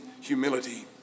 humility